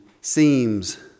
seems